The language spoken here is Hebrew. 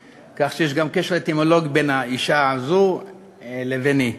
כך שיש גם קשר אטימולוגי בין האישה הזאת לביני.